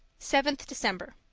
fourteenth december